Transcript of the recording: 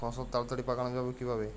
ফসল তাড়াতাড়ি পাকানো যাবে কিভাবে?